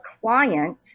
client